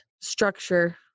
structure